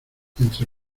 entre